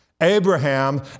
Abraham